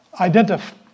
Identify